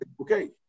okay